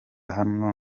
hano